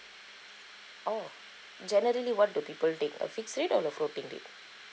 oh generally what do people take a fixed rate or a floating rate